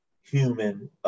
human